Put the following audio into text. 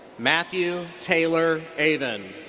matthew taylor aven.